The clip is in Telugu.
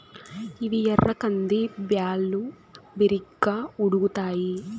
ఇవి ఎర్ర కంది బ్యాళ్ళు, బిరిగ్గా ఉడుకుతాయి